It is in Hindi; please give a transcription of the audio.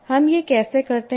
हम यह कैसे करते हैं